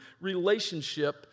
relationship